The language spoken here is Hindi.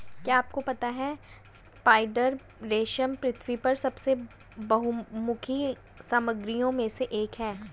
क्या आपको पता है स्पाइडर रेशम पृथ्वी पर सबसे बहुमुखी सामग्रियों में से एक है?